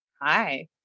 Hi